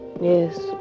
Yes